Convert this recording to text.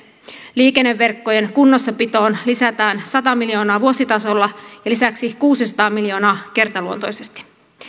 liikenneverkkojen kunnossapitoon lisätään sata miljoonaa vuositasolla ja lisäksi kuusisataa miljoonaa kertaluontoisesti